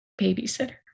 babysitter